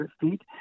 feet